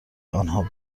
آنها